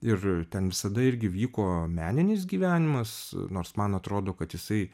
ir ten visada irgi vyko meninis gyvenimas nors man atrodo kad jisai